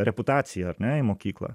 reputaciją ar ne į mokyklą